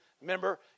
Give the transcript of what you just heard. Remember